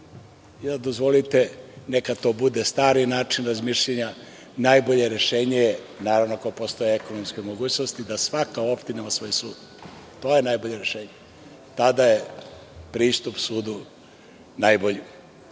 suda. Dozvolite, neka to bude stari način razmišljanja, najbolje rešenje je, naravno, ako postoje ekonomske mogućnosti, da svaka opština ima svoj sud. To je najbolje rešenje. Tada je pristup sudu najbolji.